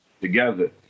together